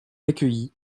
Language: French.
accueillie